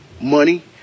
money